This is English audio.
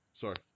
sorry